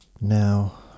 Now